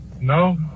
No